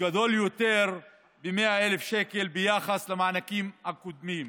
גדול יותר ב-100,000 שקלים ביחס למענקים הקודמים.